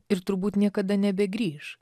ir turbūt niekada nebegrįš